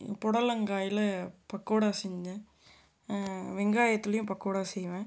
பொடலங்காயில் பக்கோடா செஞ்சேன் வெங்காயத்துலேயும் பக்கோடா செய்வேன்